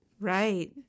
Right